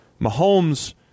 Mahomes